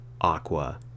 Aqua